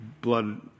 blood